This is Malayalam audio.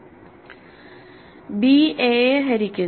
b a യെ ഹരിക്കുന്നു